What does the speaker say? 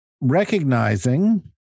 recognizing